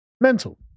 Mental